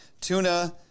tuna